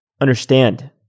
understand